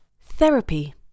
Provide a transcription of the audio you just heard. Therapy